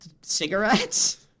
Cigarettes